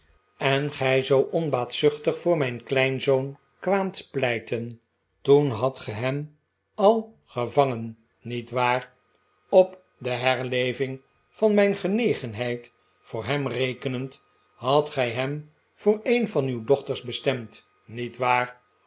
en gij zoo onbaatzuchtig voor mijn kleinzoon kwaamt pleiten toen hadt ge hem al gevangen niet waar op de herleving van mijn genegenheid voor hem rekenend hadt gij hem voor een van uw dochters bestemd niet waar